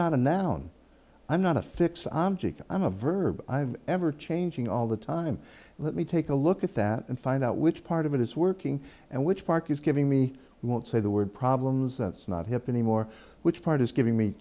not a noun i'm not a fix object i'm a verb i've ever changing all the time let me take a look at that and find out which part of it is working and which park is giving me won't say the word problems that's not hip anymore which part is giving me